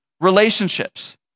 relationships